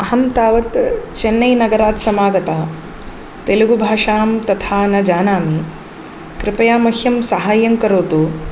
अहं तावत् चेन्नै नगरात् समागता तेलुगुभाषां तथा न जानामि कृपया मह्यं साहाय्यं करोतु